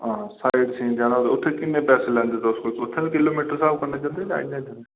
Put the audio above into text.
हां जाना होई ते उत्थे किने पैसे लैंदे तुस उत्थे बी किलेमिटर दे स्हाब चलदे जां उत्थे इया गै चलदे